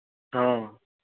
ହଁ